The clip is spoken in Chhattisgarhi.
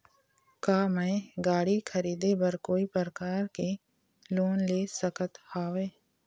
का मैं गाड़ी खरीदे बर कोई प्रकार के लोन ले सकत हावे?